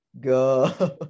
go